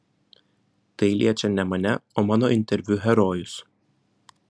tai liečia ne mane o mano interviu herojus